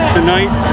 Tonight